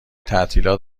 تعطیلات